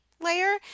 layer